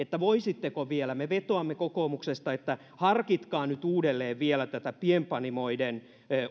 voisitteko vielä me vetoamme kokoomuksesta harkita nyt uudelleen vielä tätä pienpanimoiden